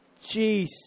Jeez